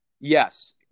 Yes